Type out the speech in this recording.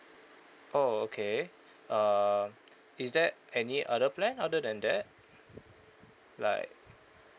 oh okay uh is there any other plan other than that like